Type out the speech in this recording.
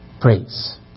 praise